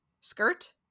skirt